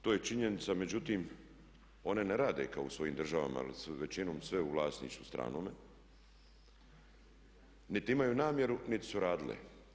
To je činjenica, međutim one ne rade kao u svojim državama jer su većinom sve u vlasništvu stranome, niti imaju namjeru niti su radile.